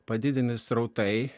padidini srautai